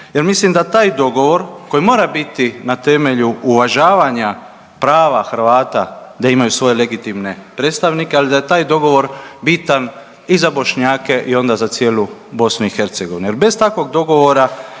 jer mislim da taj dogovor koji mora biti na temelju uvažavanja prava Hrvata da imaju svoje legitimne predstavnike, ali da je taj dogovor bitan i za Bošnjake onda i za cijelu BiH jel bez takvog dogovora